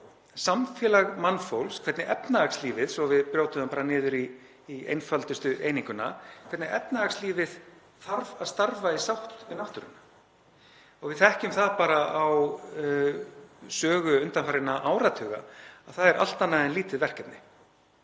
samfélag mannfólks, hvernig efnahagslífið, svo að við brjótum það bara niður í einföldustu eininguna, þarf að starfa í sátt við náttúruna. Við þekkjum það bara af sögu undanfarinna áratuga að það er allt annað en lítið verkefni.